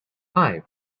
five